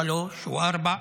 שלוש או ארבע.